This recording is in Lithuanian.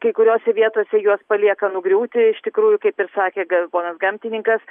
kai kuriose vietose juos palieka nugriūti iš tikrųjų kaip ir sakė ga ponas gamtininkas